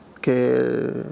Que